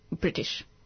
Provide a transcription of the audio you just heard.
British